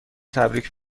تبریک